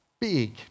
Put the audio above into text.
big